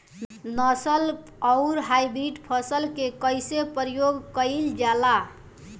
नस्ल आउर हाइब्रिड फसल के कइसे प्रयोग कइल जाला?